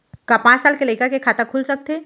का पाँच साल के लइका के खाता खुल सकथे?